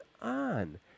on